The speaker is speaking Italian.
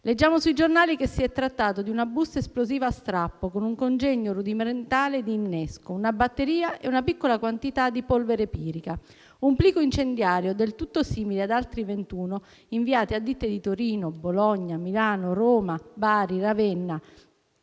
Leggiamo sui giornali che si è trattato di «una busta esplosiva a strappo, con un congegno rudimentale di innesco, una batteria e una piccola quantità di polvere pirica». Un plico incendiario del tutto simile ad altri 21 inviati a ditte di Torino, Bologna, Milano, Roma, Bari, Ravenna